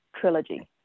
trilogy